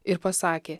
ir pasakė